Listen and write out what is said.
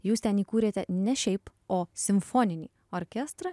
jūs ten įkūrėte ne šiaip o simfoninį orkestrą